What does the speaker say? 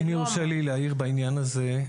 אם יורשה לי להעיר בעניין הזה,